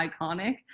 iconic